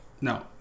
No